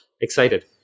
excited